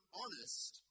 honest